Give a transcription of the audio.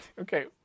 Okay